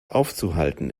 aufzuhalten